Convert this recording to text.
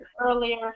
earlier